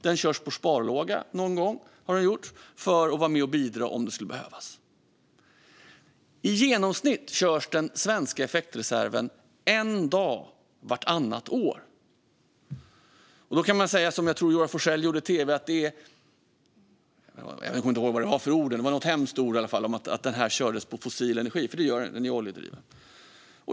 Den körs på sparlåga någon gång för att vara med och bidra om det skulle behövas. I genomsnitt körs den svenska effektreserven en dag vartannat år. Då kan man säga något hemskt ord som jag tror att Joar Forssell gjorde i tv - jag kommer inte ihåg vad det var för ord - om att den här körs på fossil energi. Det gör den; den är oljedriven.